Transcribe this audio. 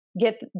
get